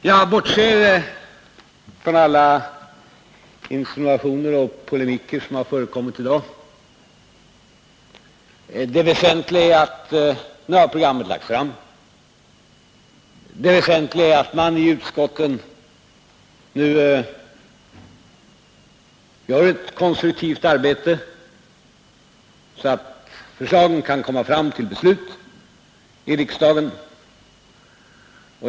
Jag bortser från alla insinuationer och all polemik som har förekommit i dag. Nu har programmet lagts fram, och det väsentliga är att man i utskotten gör ett konstruktivt arbete, så att förslagen så småningom kan komma fram till beslut i riksdagen.